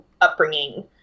upbringing